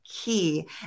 key